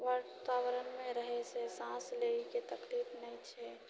वातावरणमे रहै से साँस लए के तकलीफ नहि छै